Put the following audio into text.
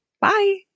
Bye